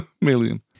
million